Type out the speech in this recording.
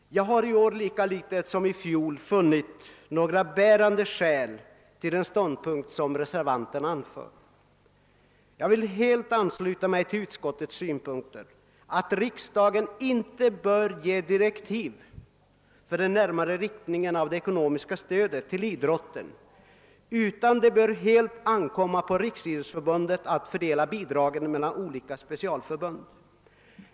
Jag har i år lika litet som i fjol funnit några bärande skäl för reservanternas ståndpunkt. Jag vill helt ansluta mig till utskottsmajoritetens synpunkter, att riksdagen inte bör ge direktiv för den närmare riktningen av det ekonomiska stödet till idrotten; det bör helt ankomma på Riksidrottsförbundet att fördela bidraget mellan olika specialförbund.